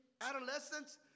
adolescents